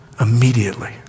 Immediately